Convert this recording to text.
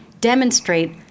demonstrate